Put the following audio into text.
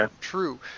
true